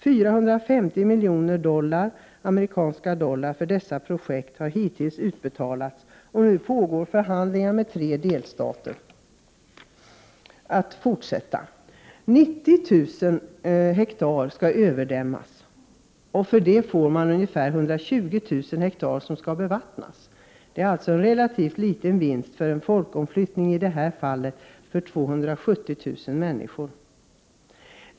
450 miljoner amerikanska dollar för dessa projekt har hittills utbetalats, och nu pågår förhandlingar med tre delstater att fortsätta. 90 000 ha skall överdämmas, och 120 000 ha skall bevattnas. Det är alltså en relativt liten vinst för en folkomflyttning på 270 000 mäniskor.